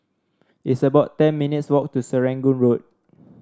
it's about ten minutes' walk to Serangoon Road